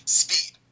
speed